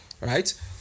right